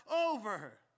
over